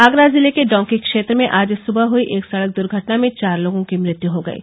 आगरा जिले के डाँकी क्षेत्र में आज सुबह हुयी एक सड़क दुर्घटना में चार लोगों की मृत्यु हो गयी